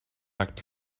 act